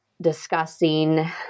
discussing